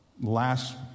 Last